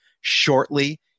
shortly